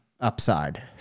upside